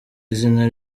izina